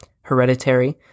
Hereditary